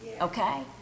okay